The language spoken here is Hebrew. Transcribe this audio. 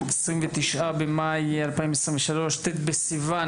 29 במאי 2023, ט' בסיון